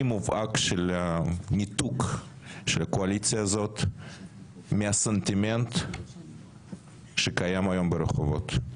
מובהק של ניתוק של הקואליציה הזאת מהסנטימנט שקיים היום ברחובות.